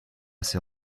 ses